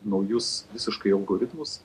naujus visiškai algoritmus